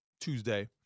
Tuesday